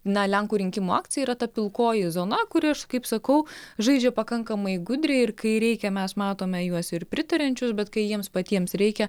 na lenkų rinkimų akcija yra ta pilkoji zona kuri aš kaip sakau žaidžia pakankamai gudriai ir kai reikia mes matome juos ir pritariančius bet kai jiems patiems reikia